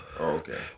Okay